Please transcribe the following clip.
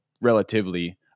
relatively